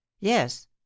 yes